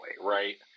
right